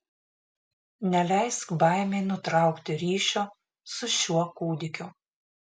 neleisk baimei nutraukti ryšio su šiuo kūdikiu